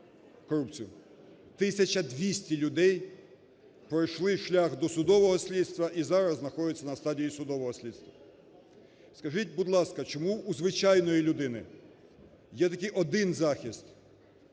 людей пройшли шлях досудового слідства і зараз знаходяться на стадії судового слідства. Скажіть, будь ласка, чому у звичайної людини є тільки один захист